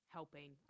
helping